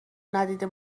ندیده